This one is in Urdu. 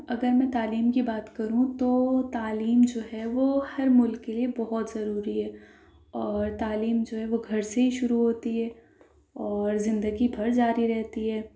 اگر میں تعلیم کی بات کروں تو تعلیم جو ہے وہ ہر ملک کے لیے بہت ضروری ہے اور تعلیم جو ہے وہ گھر سے ہی شروع ہوتی ہے اور زندگی بھر جاری رہتی ہے